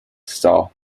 style